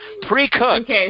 pre-cooked